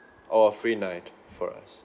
or free night for us